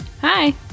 Hi